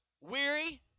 Weary